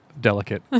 Delicate